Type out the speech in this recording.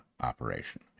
operation